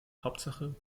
hauptsache